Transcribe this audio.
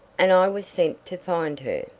and i was sent to find her!